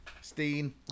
Stein